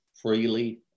freely